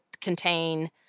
contain